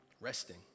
resting